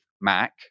Mac